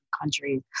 countries